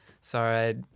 sorry